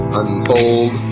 unfold